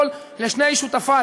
לשני שותפיי,